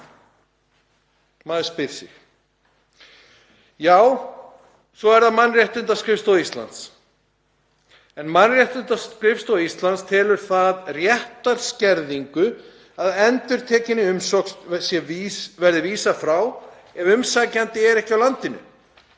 Maður spyr sig. Svo er það Mannréttindaskrifstofa Íslands. Mannréttindaskrifstofa Íslands telur það réttarskerðingu að endurtekinni umsókn sé vísað frá ef umsækjandi er ekki á landinu.